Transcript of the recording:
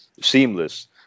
seamless